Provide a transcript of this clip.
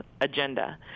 agenda